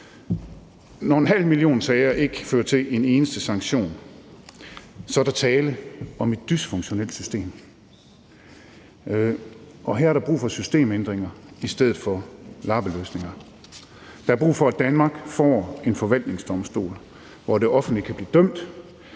Når en halv million sager ikke fører til en eneste sanktion, er der tale om et dysfunktionelt system, og her er der brug for systemændringer i stedet for lappeløsninger. Der er brug for, at Danmark får en forvaltningsdomstol, hvor det offentlige kan blive dømt,